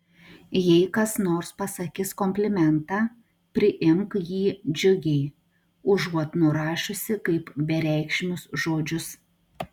jei kas nors pasakys komplimentą priimk jį džiugiai užuot nurašiusi kaip bereikšmius žodžius